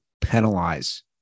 penalize